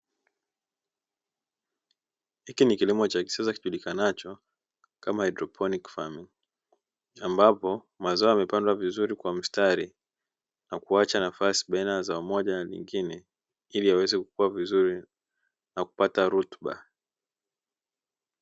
Hiki ni kilimo cha kisasa kijulikanacho kama "hydroponic farm"; ambapo mazao yamepandwa vizuri kwa mstari na kuacha nafasi baina ya zao moja na lingine; ili yaweze kukua vizuri na kupata rutuba.